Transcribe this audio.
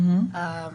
אין